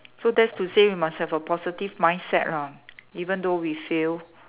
so that's to say you must have a positive mindset lah even though we fail